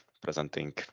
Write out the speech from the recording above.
presenting